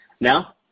Now